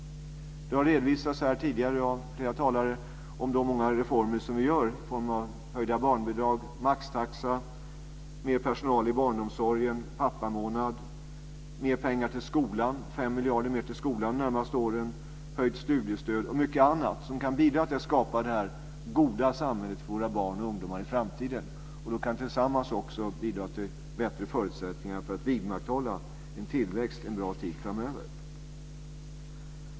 Flera talare har här tidigare redovisat de många reformer som vi genomför i form av höjningar av barnbidrag, maxtaxa, mer personal i barnomsorgen, pappamånad, 5 miljarder kronor mer till skolan under de närmaste åren, höjning av studiestöd och mycket annat som kan bidra till att skapa detta goda samhälle för våra barn och ungdomar i framtiden. De kan tillsammans också bidra till bättre förutsättningar för att vidmakthålla en tillväxt en bra tid framöver.